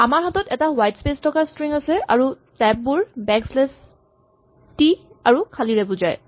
আমাৰ হাতত এটা হুৱাইট স্পেচ থকা স্ট্ৰিং আছে আৰু টেব বোৰ বেকশ্লেচ টি আৰু খালীৰে বুজায়